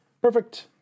Perfect